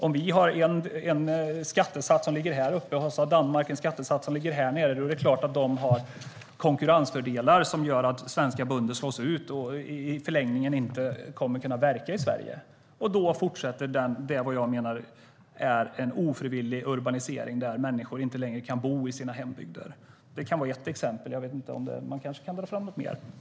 Om till exempel Danmark har en skattesats som ligger långt under den svenska är det klart att danska bönder därigenom har konkurrensfördelar. Detta gör att svenska bönder slås ut och i förlängningen inte kommer att kunna verka i Sverige. Då fortsätter det som jag menar är en ofrivillig urbanisering för att människor inte längre kan bo i sina hembygder. Det kan vara ett exempel. Man kanske kan dra fram något mer.